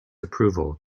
approval